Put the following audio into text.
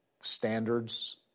standards